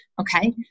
Okay